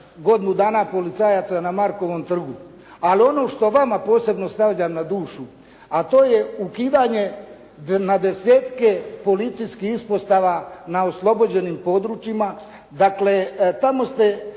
godinu dana policajaca na Markovom trgu. Ali ono što vama posebno stavljam na dušu, a to je ukidanje na desetke policijskih ispostava na oslobođenim područjima. Dakle tamo ste